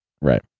Right